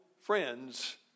friends